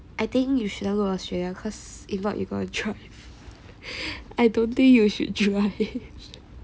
I think you shouldn't go Australia cause if not you going to I don't think you should drive